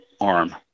arm